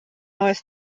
neues